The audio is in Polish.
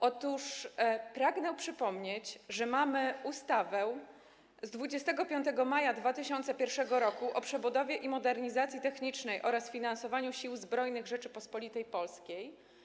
Otóż pragnę przypomnieć, że mamy ustawę z dnia 25 maja 2001 r. o przebudowie i modernizacji technicznej oraz finansowaniu Sił Zbrojnych Rzeczypospolitej Polskiej.